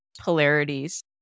polarities